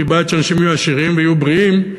אני בעד שאנשים יהיו עשירים ויהיו בריאים,